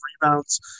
rebounds